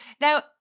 Now